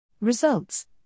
Results